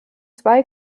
zwei